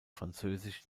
französisch